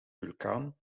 vulkaan